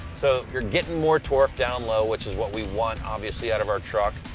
so you're getting more torque down low, which is what we want, obviously, out of our truck,